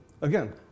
Again